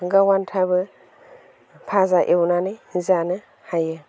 गाव आन्थाबो भाजा एवनानै जानो हायो